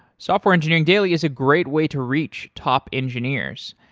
software engineering daily is a great way to reach top engineers.